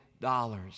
dollars